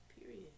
Period